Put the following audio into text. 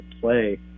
play